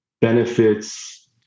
benefits